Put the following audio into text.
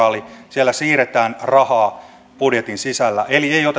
siellä siirretään rahaa budjetin sisällä eli ei oteta uutta rahaa